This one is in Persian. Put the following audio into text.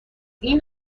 این